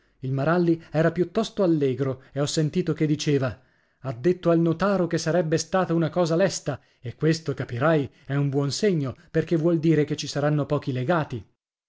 il maralli era piuttosto allegro e ho sentito che diceva ha detto al notaro che sarebbe stata una cosa lesta e questo capirai è un buon segno perché vuol dire che ci saranno pochi legati